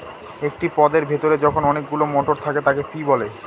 একটি পদের ভেতরে যখন অনেকগুলো মটর থাকে তাকে পি বলে